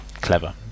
clever